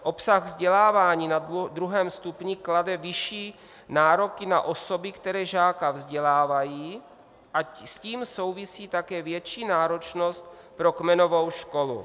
Obsah vzdělávání na druhém stupni klade vyšší nároky na osoby, které žáka vzdělávají, a s tím souvisí také větší náročnost pro kmenovou školu.